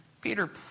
Peter